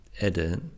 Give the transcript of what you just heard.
edit